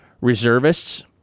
reservists